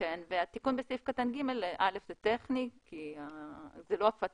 התיקון בסעיף קטן (א) הוא טכני כי זאת לא הפצה.